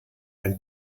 ein